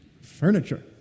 Furniture